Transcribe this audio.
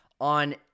on